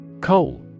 Coal